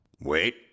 Wait